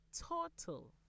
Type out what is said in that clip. total